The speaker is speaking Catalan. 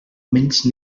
menys